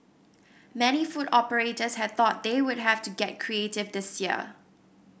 many food operators had thought they would have to get creative this year